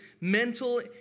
mental